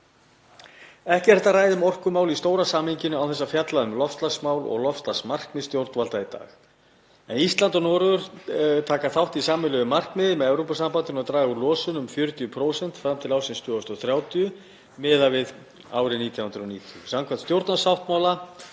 Ekki er hægt að ræða um orkumál í stóra samhenginu án þess að fjalla um loftslagsmál og loftslagsmarkmið stjórnvalda í dag. Ísland og Noregur taka þátt í sameiginlegu markmiði með Evrópusambandinu um að draga úr losun um 40% fram til ársins 2030 miðað við árið 1990. Samkvæmt stjórnarsáttmála